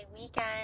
weekend